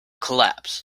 collapse